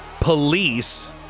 Police